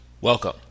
Welcome